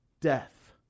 death